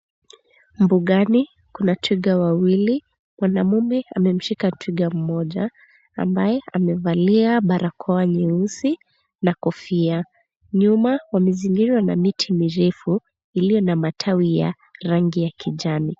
Mbugani kuna twiga wawili. Mwanamume amemshika twiga mmoja ambaye amevalia barakoa nyeusi na kofia. Nyuma wamezingirwa na miti mirefu iliyo na matawi ya rangi ya kijani.